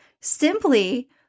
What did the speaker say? simply